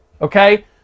okay